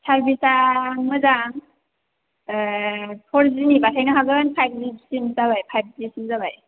सारभिसआ मोजां फ'र जिनि बानायनो हागोन फाइभ जिसिम जाबाय फाइभ जिसिम जाबाय